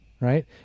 Right